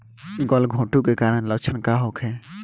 गलघोंटु के कारण लक्षण का होखे?